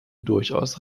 durchaus